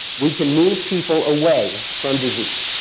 we can move people away from disease.